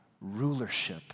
rulership